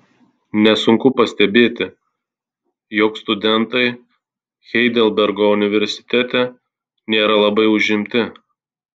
nesunku pastebėti jog studentai heidelbergo universitete nėra labai užimti